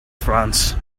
france